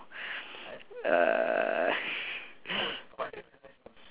uh